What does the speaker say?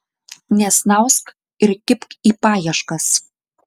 nesnausk ir kibk į paieškas